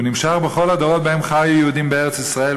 הוא נמשך בכל הדורות שבהם חיו יהודים בארץ-ישראל,